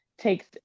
takes